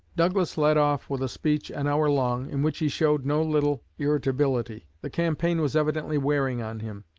douglas led off with a speech an hour long, in which he showed no little irritability. the campaign was evidently wearing on him.